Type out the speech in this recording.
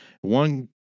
One